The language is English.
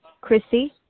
Chrissy